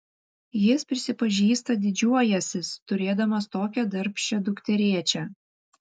jis prisipažįsta didžiuojąsis turėdamas tokią darbščią dukterėčią